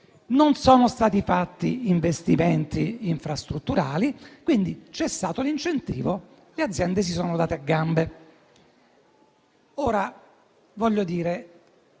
Non sono stati fatti investimenti infrastrutturali e quindi, cessato l'incentivo, le aziende se la sono data a gambe.